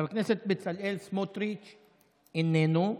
חבר הכנסת בצלאל סמוטריץ' איננו,